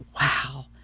wow